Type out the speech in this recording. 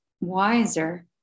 wiser